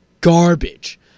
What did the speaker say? Garbage